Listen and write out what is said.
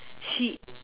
she